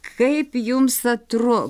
kaip jums atro